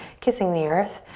kissing the earth.